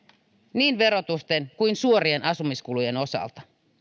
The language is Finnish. niin verotusten kuin suorien asumiskulujen osalta